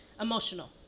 Emotional